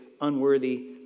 unworthy